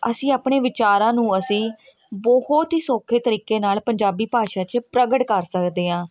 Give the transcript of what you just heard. ਅਸੀਂ ਆਪਣੇ ਵਿਚਾਰਾਂ ਨੂੰ ਅਸੀਂ ਬਹੁਤ ਹੀ ਸੌਖੇ ਤਰੀਕੇ ਨਾਲ ਪੰਜਾਬੀ ਭਾਸ਼ਾ 'ਚ ਪ੍ਰਗਟ ਕਰ ਸਕਦੇ ਹਾਂ